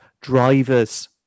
Drivers